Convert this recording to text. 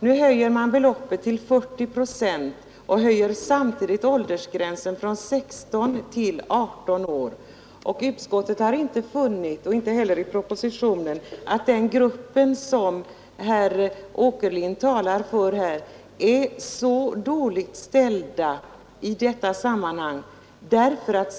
Nu höjs pensionen till 40 procent av basbeloppet och samtidigt höjs åldersgränsen från 16 till 18 år. Departementschefen har inte funnit, och inte heller utskottet, att den grupp som herr Åkerlind talar för är så dåligt ställd i detta sammanhang.